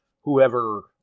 Whoever